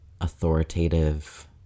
authoritative